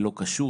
לא קשור,